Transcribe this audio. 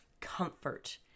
comfort